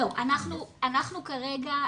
אנחנו כרגע,